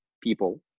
people